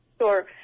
Sure